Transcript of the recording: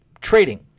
trading